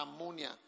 ammonia